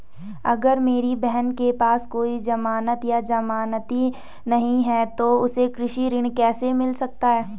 अगर मेरी बहन के पास कोई जमानत या जमानती नहीं है तो उसे कृषि ऋण कैसे मिल सकता है?